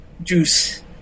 Juice